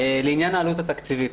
לעניין העלות התקציבית,